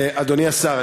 אדוני השר,